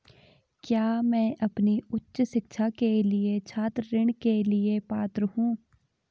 क्या मैं अपनी उच्च शिक्षा के लिए छात्र ऋण के लिए पात्र हूँ?